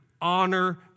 Honor